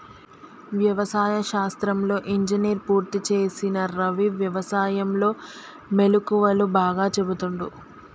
వ్యవసాయ శాస్త్రంలో ఇంజనీర్ పూర్తి చేసిన రవి వ్యసాయం లో మెళుకువలు బాగా చెపుతుండు